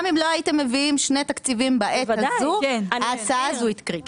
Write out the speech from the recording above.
גם אם לא הייתם מביאים שני תקציבים בעת הזו ההצעה הזו היא קריטית?